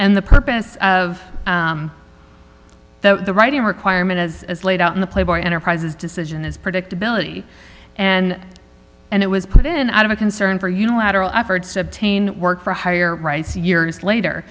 and the purpose of the writing requirement as is laid out in the playboy enterprises decision is predictability and and it was put in out of a concern for unilateral efforts to obtain work for a higher price years later